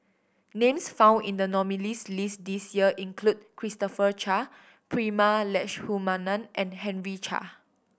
names found in the nominees' list this year include Christopher Chia Prema Letchumanan and Henry Chia